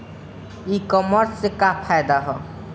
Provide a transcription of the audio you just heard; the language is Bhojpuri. ई कामर्स से का फायदा ह?